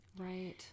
Right